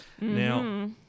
Now